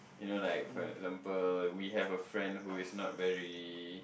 you know like for example we have a friend who is not very